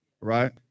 Right